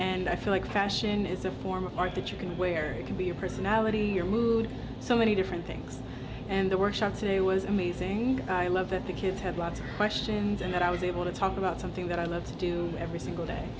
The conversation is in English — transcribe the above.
and i feel like fashion is a form of art that you can where you can be your personality your mood so many different things and the workshop today was amazing i love that the kids had lots of questions and that i was able to talk about something that i love to do every single day